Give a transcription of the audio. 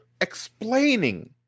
explaining